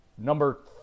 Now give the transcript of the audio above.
Number